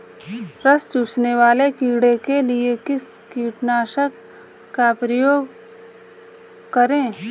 रस चूसने वाले कीड़े के लिए किस कीटनाशक का प्रयोग करें?